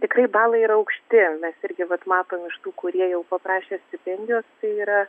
tikrai balai yra aukšti mes irgi vat matom iš tų kurie jau paprašė stipendijos tai yra